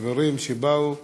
חברים שבאו,